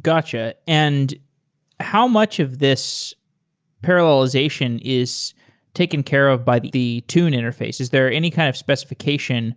got you. and how much of this parallelization is taken care of by the tune interface? is there any kind of specification